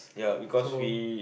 so